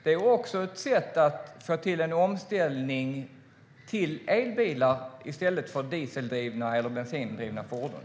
Det är också ett sätt att få till en omställning till elbilar i stället för dieseldrivna eller bensindrivna fordon.